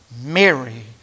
Mary